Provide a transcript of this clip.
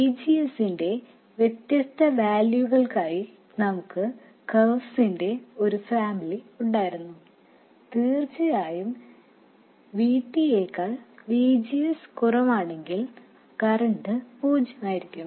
VGS ന്റെ വ്യത്യസ്ത വാല്യൂകൾക്കായി നമുക്ക് കർവുകളുടെ ഒരു ഫാമിലി ഉണ്ടായിരുന്നു തീർച്ചയായും V T യേക്കാൾ VGS കുറവാണെങ്കിൽ കറൻറ് പൂജ്യമായിരിക്കും